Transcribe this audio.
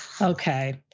Okay